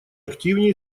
активнее